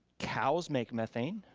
cows make methane,